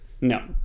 No